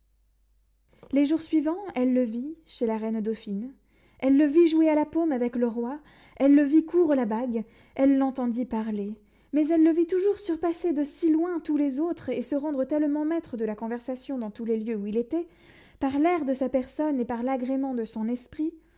les jours suivants elle le vit chez la reine dauphine elle le vit jouer à la paume avec le roi elle le vit courre la bague elle l'entendit parler mais elle le vit toujours surpasser de si loin tous les autres et se rendre tellement maître de la conversation dans tous les lieux où il était par l'air de sa personne et par l'agrément de son esprit